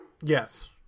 Yes